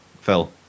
Phil